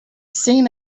seen